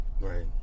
Right